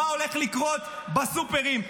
מה הולך לקרות בסופרים.